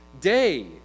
day